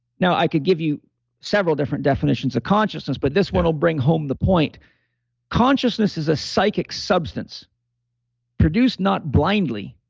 now, i could give you several different definitions of consciousness, but this one will bring home the point consciousness is a psychic substance produced not blindly,